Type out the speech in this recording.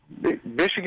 Michigan